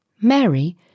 Mary